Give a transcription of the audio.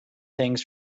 things